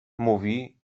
mówi